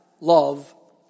love